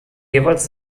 jeweils